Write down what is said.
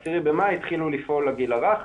ב-10 במאי התחילו לפעול הגיל הרך,